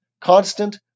Constant